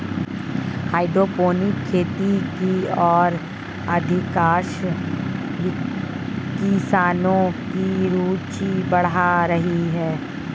hydroponic खेती की ओर अधिकांश किसानों की रूचि बढ़ रही है